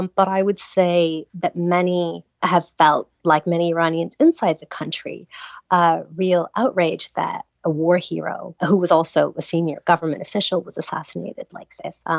but i would say that many have felt like many iranians inside the country ah real outrage that a war hero, who was also a senior government official, was assassinated like this.